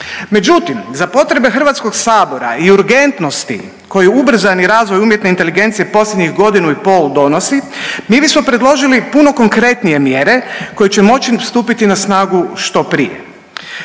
Međutim, za potrebe HS-a i urgentnosti koju ubrzani razvoj umjetne inteligencije posljednjih godinu i pol donosi, mi bismo predložili puno konkretnije mjere koje će moći stupiti na snagu što prije.